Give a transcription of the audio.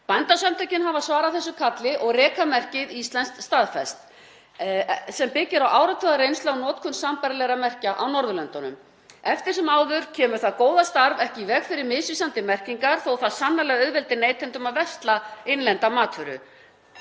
Bændasamtökin hafa svarað þessu kalli og reka merkið Íslenskt staðfest sem byggir á áratugareynslu af notkun sambærilegrar merkja á Norðurlöndunum. Eftir sem áður kemur það góða starf ekki í veg fyrir misvísandi merkingar, þó að það sannarlega auðveldi neytendum að versla innlenda matvöru.